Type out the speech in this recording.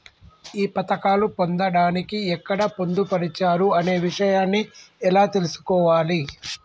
ఈ పథకాలు పొందడానికి ఎక్కడ పొందుపరిచారు అనే విషయాన్ని ఎలా తెలుసుకోవాలి?